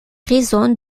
raisons